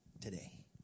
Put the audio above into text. today